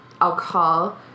alcohol